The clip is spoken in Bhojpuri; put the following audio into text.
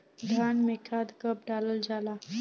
धान में खाद कब डालल जाला?